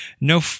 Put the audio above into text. no